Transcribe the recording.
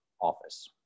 office